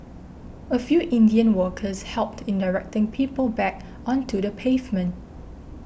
a few Indian workers helped in directing people back onto the pavement